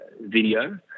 video